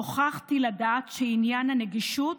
נוכחתי לדעת שעניין הנגישות